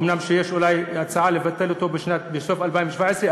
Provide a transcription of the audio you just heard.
אומנם יש הצעה לבטל אותו בסוף 2017,